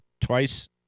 twice